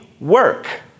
work